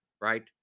Right